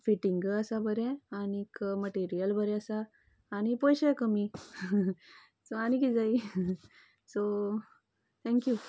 fitting आसा बरें आनीक मटेरियल बरें आसा आनी पयशे कमी सो आनी कितें जायी सो थँक्यू